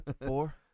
Four